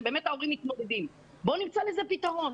בואו נמצא לזה פתרון.